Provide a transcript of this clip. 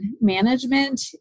management